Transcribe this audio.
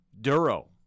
Duro